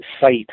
site